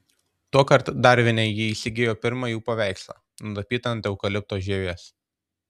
tuokart darvine ji įsigijo pirmą jų paveikslą nutapytą ant eukalipto žievės